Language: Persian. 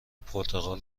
پرتقال